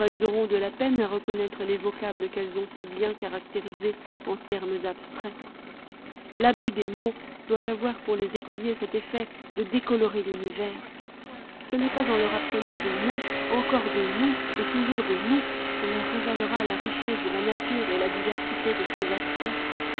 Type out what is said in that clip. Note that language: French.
de la peine à reconnaître les vocables qu'elles ont si bien caractérisés en termes abstraits l'abus des mots doit avoir pour les écoliers cet effet de décolorer l'univers ce n'est pas en leur apprenant des noms encore des noms et toujours des noms qu'on leur révélera la richesse de la nature et la diversité de ses aspects